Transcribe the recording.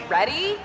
Ready